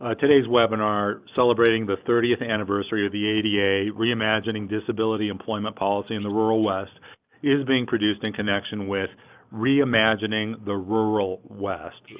ah today's webinar, celebrating the thirtieth anniversary of the ada, reimagining disability employment policy in the rural west is being produced in connection with reimagining the rural west,